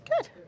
Good